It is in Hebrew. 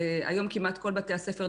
היום כמעט כל בתי הספר,